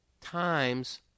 times